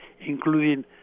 including